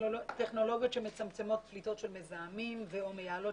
טכנולוגיות שמצמצמות פליטות של מזהמים ו/או מייעלות